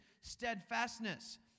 steadfastness